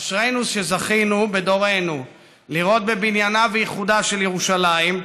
אשרינו שזכינו בדורנו לראות בבניינה ובאיחודה של ירושלים.